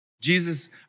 Jesus